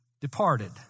departed